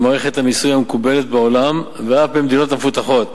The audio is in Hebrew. מערכת המיסוי המקובלת בעולם ואף במדינות המפותחות,